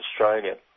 Australia